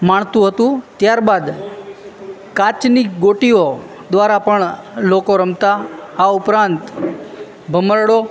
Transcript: માણતું હતું ત્યારબાદ કાચની ગોટીઓ દ્વારા પણ લોકો રમતા આ ઉપરાંત ભમરડો